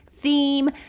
theme